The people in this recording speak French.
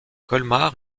colmar